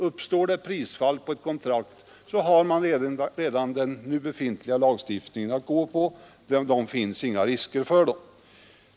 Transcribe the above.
Uppstår det prisfall på ett kontrakt, har man den redan befintliga lagstiftningen att gå på. Det finns inga risker för dem.